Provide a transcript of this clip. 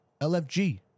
LFG